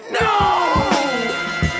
No